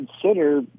consider